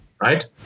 right